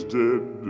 dead